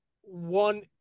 one